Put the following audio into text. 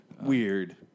Weird